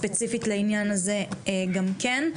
ספציפית לעניין הזה גם כן.